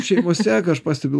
šiaip mus seka aš pastebiu